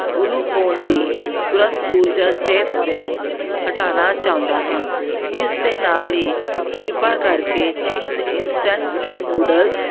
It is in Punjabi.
ਗਲੂਕੋਨ ਡੀ ਤੁਰੰਤ ਊਰਜਾ ਸਿਹਤ ਡਰਿੰਕ ਹਟਾਉਣਾ ਚਾਹੁੰਦਾ ਹਾਂ ਇਸ ਦੇ ਨਾਲ ਹੀ ਕ੍ਰਿਪਾ ਕਰਕੇ ਚਿੰਗਜ਼ ਇੰਸਟੰਟ ਨੂਡਲਜ਼